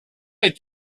est